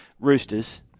Roosters